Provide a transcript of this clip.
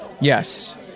Yes